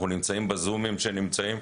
אנחנו נמצאים בזומים שנמצאים,